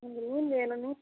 எனக்கு மீன் வேணும்